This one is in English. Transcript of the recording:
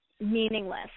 meaningless